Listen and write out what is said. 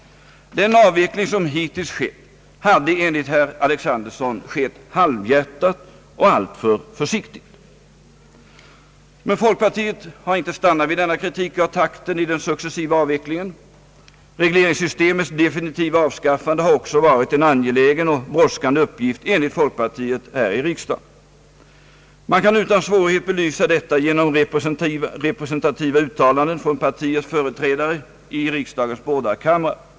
Den avveckling som hittills skett hade enligt herr Alexanderson skett halvhjärtat och alltför försiktigt. Men folkpartiet har inte stannat vid denna kritik av takten i den sucessiva avvecklingen. Regleringssystemets definitiva avskaffande har också varit en angelägen och brådskande uppgift enligt folkpartiet här i riksdagen. Man kan utan svårighet belysa detta genom representativa uttalanden från partiets företrädare i riksdagens båda kamrar.